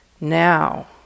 now